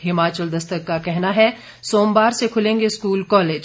हिमाचल दस्तक का कहना है सोमवार से खुलेंगे स्कूल कॉलेज